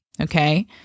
okay